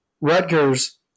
Rutgers